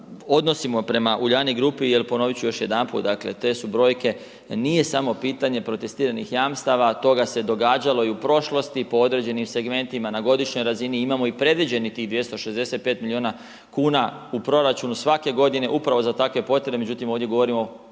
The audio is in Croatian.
odnosimo prema Uljanik grupi jer ponoviti ću još jedanput, dakle te su brojke, nije samo pitanje protestiranih jamstava, toga se događalo i u prošlosti po određenim segmentima na godišnjoj razini. Imamo i predviđenih tih 265 milijuna kuna u proračunu svake godine upravo za takve potrebe. Međutim, ovdje govorimo o